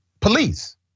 police